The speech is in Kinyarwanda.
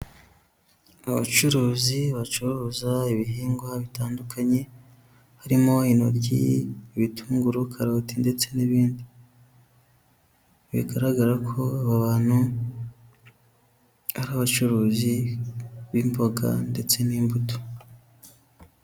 Abacuruzi bacuruza ibihingwa bitandukanye, harimo intoryi, ibitunguru, karoti ndetse n'ibindi. Bigaragara ko aba bantu ari abacuruzi b'imboga ndetse n'imbuto.